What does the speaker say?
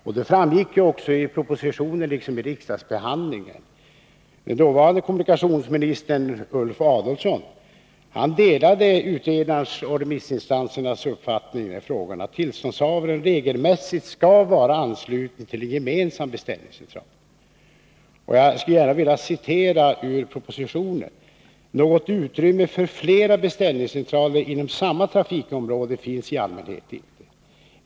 Detta framgick också i propositionen liksom vid riksdagsbehandlingen. Dåvarande kommunikationsministern Ulf Adelsohn delade utredarens och remissinstansernas uppfattning i frågan, att tillståndshavaren regelmässigt skall vara ansluten till gemensam beställningscentral. Jag vill gärna citera ur propositionen: ”Något utrymme för flera beställningscentraler inom samma trafikområde finns i allmänhet inte.